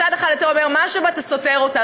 מצד אחד אתה אומר משהו ואתה סותר אותו.